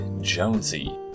Jonesy